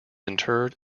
interred